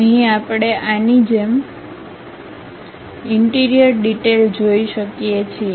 અહીં આપણે આની જેમ ઇન્ટિરિયર ડિટેઇલ જોઈ શકીએ છીએ